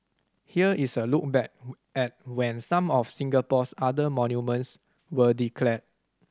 here is a look back at when some of Singapore's other monuments were declared